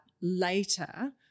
later